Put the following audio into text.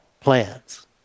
plans